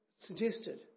suggested